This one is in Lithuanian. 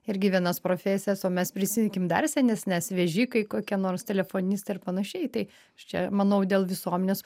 irgi vienas profesijas o mes prisiminkim dar senesnės vežikai kokie nors telefonistai ar panašiai tai čia manau dėl visuomenės